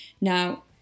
now